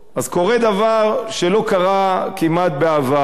קורה דבר שלא קרה בעבר כמעט.